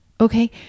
Okay